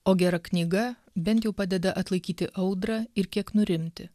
o gera knyga bent jau padeda atlaikyti audrą ir kiek nurimti